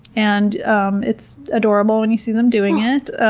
and um it's adorable when you see them doing it,